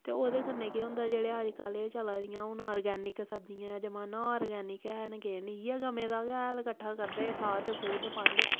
ते ओह्दे कन्नै केह् होंदा जेह्ड़े अज्जकल ऐ चलादियां हून आर्गैनिक सब्जियां दा जमाना आर्गैनिक हैन केह् न इयै गै गवें दा हैल कट्ठा करदे खाद खुद पांदे ते